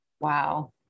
Wow